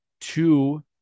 two